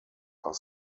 are